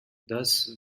thus